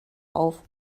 auf